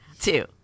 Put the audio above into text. two